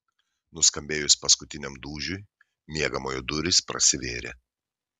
nuskambėjus paskutiniam dūžiui miegamojo durys prasivėrė